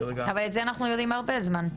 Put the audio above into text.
אבל את זה אנחנו יודעים כבר הרבה זמן,